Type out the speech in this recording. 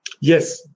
Yes